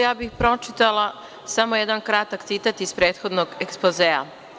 Ja bih pročitala samo jedan kratak citat iz prethodnog ekspozea.